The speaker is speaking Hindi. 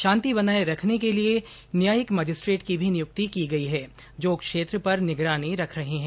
शांति बनाए रखने के लिए न्यायिक मजिस्ट्रेट की भी नियुक्ति की गई है जो क्षेत्र पर निगरानी रख रहे है